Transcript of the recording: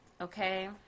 okay